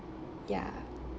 ya